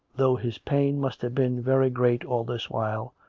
though his pain must have been very great all this while,